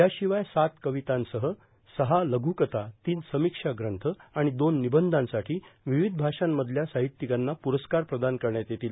याशिवाय सात कवितासंग्रह सहा लघ्कथा तीन समीक्षा ग्रंथ आणि दोन निबंधांसाठी विविध भाषांमधल्या साहित्यिकांना प्रस्कार प्रदान करण्यात येतील